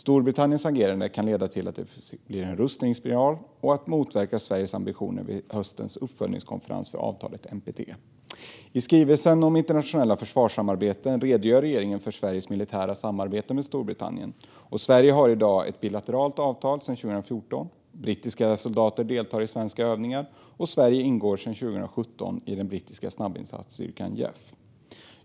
Storbritanniens agerande kan leda till att det blir en rustningsspiral och motverka Sveriges ambitioner vid höstens uppföljningskonferens för avtalet NPT. I skrivelsen om internationella försvarssamarbeten redogör regeringen för Sveriges militära samarbete med Storbritannien. Sverige har i dag ett bilateralt avtal sedan 2014. Brittiska soldater deltar i svenska övningar, och Sverige ingår sedan 2017 i den brittiska snabbinsatsstyrkan JEF.